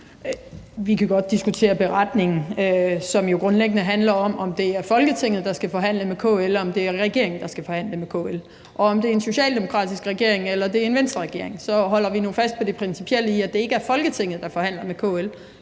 Vi kan godt diskutere beretningen, som jo grundlæggende handler om, om det er Folketinget, der skal forhandle med KL, eller om det er regeringen, der skal forhandle med KL. Og uanset om det er en socialdemokratisk regering, eller det er en Venstreregering, holder vi nu fast ved det principielle i, at det ikke er Folketinget, der forhandler med KL,